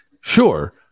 Sure